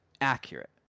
accurate